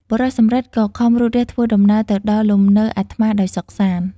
បុរសសំរិទ្ធ ក៏ខំរូតរះធ្វើដំណើរទៅដល់លំនៅអាត្មាដោយសុខសាន្ត ។